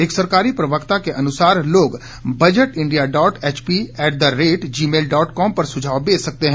एक सरकारी प्रवक्ता के अनुसार लोग budget India dot HP at the rate Gmail dot com पर सुझाव भेज सकते हैं